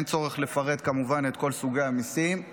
כמובן שאין צורך לפרט את כל סוגי המיסים,